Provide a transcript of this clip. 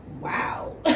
wow